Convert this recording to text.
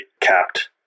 capped